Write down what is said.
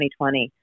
2020